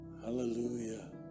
Hallelujah